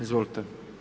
Izvolite.